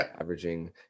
averaging